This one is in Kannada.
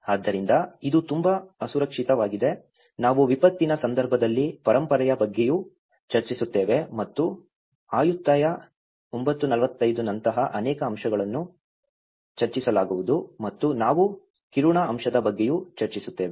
ಆದ್ದರಿಂದ ಇದು ತುಂಬಾ ಅಸುರಕ್ಷಿತವಾಗಿದೆ ನಾವು ವಿಪತ್ತಿನ ಸಂದರ್ಭದಲ್ಲಿ ಪರಂಪರೆಯ ಬಗ್ಗೆಯೂ ಚರ್ಚಿಸುತ್ತೇವೆ ಮತ್ತು ಆಯುತ್ತಾಯ 945 ನಂತಹ ಅನೇಕ ಅಂಶಗಳನ್ನು ಚರ್ಚಿಸಲಾಗುವುದು ಮತ್ತು ನಾವು ಕಿರುನಾ ಅಂಶದ ಬಗ್ಗೆಯೂ ಚರ್ಚಿಸುತ್ತೇವೆ